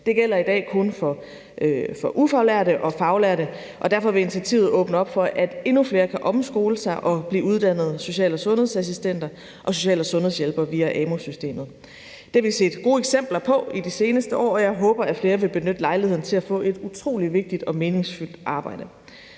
Det gælder i dag kun for ufaglærte og faglærte, og derfor vil initiativet åbne op for, at endnu flere kan omskole sig og blive uddannede social- og sundhedsassistenter og social- og sundhedshjælpere via amu-systemet. Det har vi set gode eksempler på i de seneste år, og jeg håber, at flere vil benytte lejligheden til at få et utrolig vigtigt og meningsfuldt arbejde.